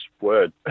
word